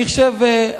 אני חושב,